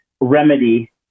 Remedy